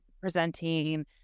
presenting